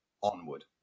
Onward